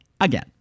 again